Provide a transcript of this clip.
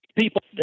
people